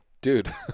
dude